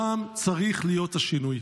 שם צריך להיות השינוי.